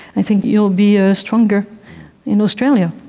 i think you'll be ah stronger in australia.